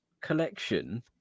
collection